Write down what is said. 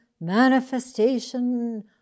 manifestation